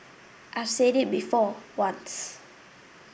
I've said it before once